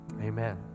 Amen